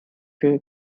für